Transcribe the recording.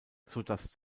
sodass